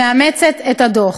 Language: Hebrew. שמאמצת את הדוח.